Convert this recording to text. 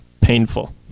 Painful